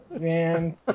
Man